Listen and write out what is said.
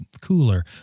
cooler